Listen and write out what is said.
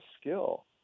skill